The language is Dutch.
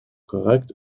correct